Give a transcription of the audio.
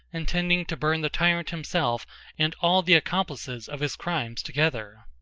intending to burn the tyrant himself and all the accomplices of his crimes together.